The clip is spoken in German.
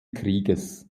krieges